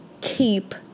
keep